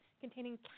containing